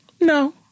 No